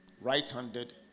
right-handed